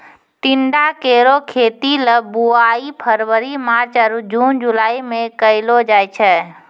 टिंडा केरो खेती ल बुआई फरवरी मार्च आरु जून जुलाई में कयलो जाय छै